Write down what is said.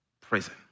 prison